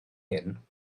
hyn